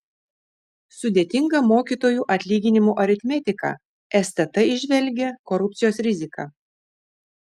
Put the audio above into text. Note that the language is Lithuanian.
sudėtinga mokytojų atlyginimų aritmetika stt įžvelgia korupcijos riziką